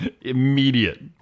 Immediate